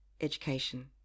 education